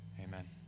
amen